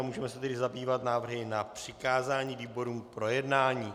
Můžeme se tedy zabývat návrhy na přikázání výborům k projednání.